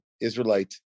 Israelite